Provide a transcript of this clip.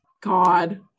God